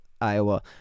Iowa